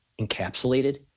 encapsulated